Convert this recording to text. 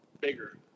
bigger